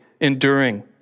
enduring